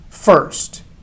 first